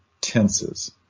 tenses